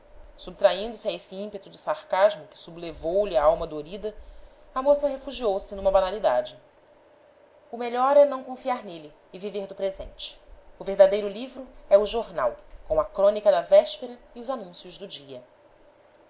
subtraindo se a esse ímpeto de sarcasmo que sublevou lhe a alma dorida a moça refugiou-se numa banalidade o melhor é não confiar nele e viver do presente o verdadeiro livro é o jornal com a crônica da véspera e os anúncios do dia